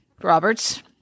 Roberts